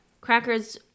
Crackers